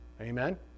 Amen